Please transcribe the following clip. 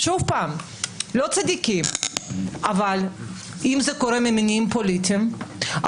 אם זה קורה ממניעים פוליטיים,